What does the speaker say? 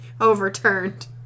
overturned